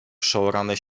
przeorane